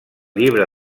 llibre